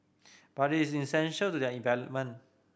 but it's essential to their